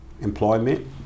employment